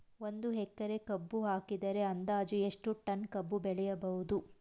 ಒಂದು ಎಕರೆ ಕಬ್ಬು ಹಾಕಿದರೆ ಅಂದಾಜು ಎಷ್ಟು ಟನ್ ಕಬ್ಬು ಬೆಳೆಯಬಹುದು?